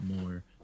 more